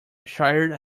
shire